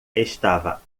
estava